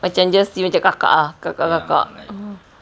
macam just macam kakak ah kakak-kakak